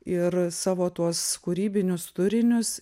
ir savo tuos kūrybinius turinius